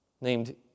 named